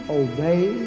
obey